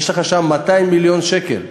יש לך שם 200 מיליון שקל.